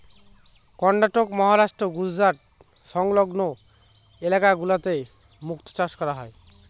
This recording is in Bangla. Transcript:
কর্ণাটক, মহারাষ্ট্র, গুজরাট সংলগ্ন ইলাকা গুলোতে মুক্তা চাষ করা হয়